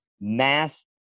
mass